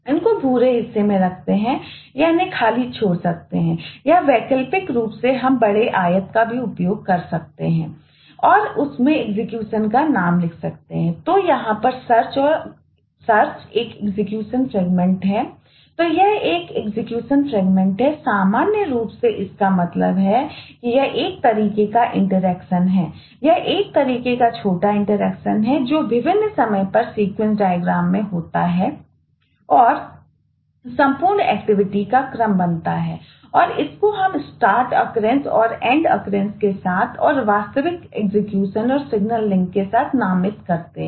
इनको भूरे हिस्से में रखते हैं या इन्हें खाली छोड़ सकते हैं या वैकल्पिक रूप से हम एक बड़े आयत का भी उपयोग कर सकते हैं और उसमें एग्जीक्यूशन के साथ नामित करते हैं